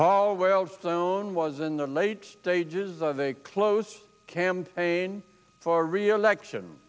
paul wellstone was in the late stages of a close campaign for reelection